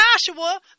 Joshua